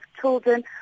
children